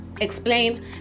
explain